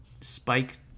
Spike